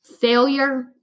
Failure